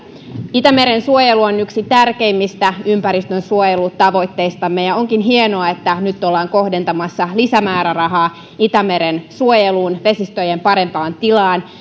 itämeren suojelu on yksi tärkeimmistä ympäristönsuojelutavoitteistamme ja onkin hienoa että nyt ollaan kohdentamassa lisämäärärahaa itämeren suojeluun ja vesistöjen parempaan tilaan